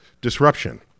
disruption